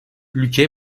ülke